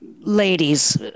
Ladies